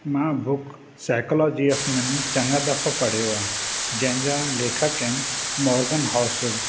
मां book psychology of money चङा दफ़ा पढ़ियो आहे जंहिंजा लेखक आहिनि मोर्गन होसल